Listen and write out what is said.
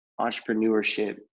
entrepreneurship